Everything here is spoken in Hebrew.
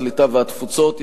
הקליטה והתפוצות,